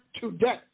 today